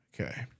Okay